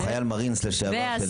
הוא חייל מארינס לשעבר.